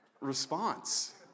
response